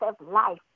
life